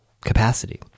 capacity